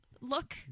look